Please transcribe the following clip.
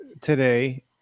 today